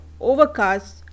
Overcast